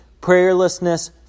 prayerlessness